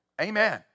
Amen